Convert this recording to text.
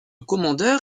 commandeur